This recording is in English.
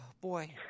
Boy